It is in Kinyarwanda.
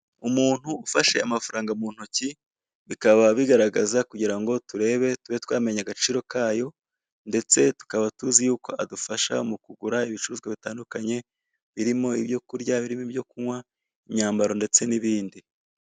Umuntu ufashe amafaranga mu ntoki, bikaba bigaragaraza kugira ngo turebe tube twamenya agaciro kayo, ndetse tukaba tuzi y'uko adufasha mu kugura ibicuruzwa bitandukanye, birimo ibyo kurya, birimo ibyo kunywa, imyambaro ndetse n'ibindi.